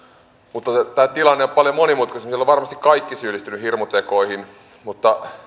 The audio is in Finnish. mutta tämä tilanne on paljon monimutkaisempi siellä ovat varmasti kaikki syyllistyneet hirmutekoihin mutta